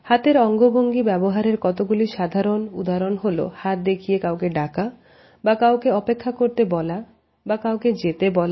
হাতের অঙ্গভঙ্গি ব্যবহারের কতগুলি সাধারণ উদাহরণ হল হাত দেখিয়ে কাউকে ঢাকা বা কাউকে অপেক্ষা করতে বলা বা কাউকে যেতে বলা